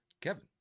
Kevin